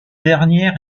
dernière